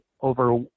over